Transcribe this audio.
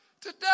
today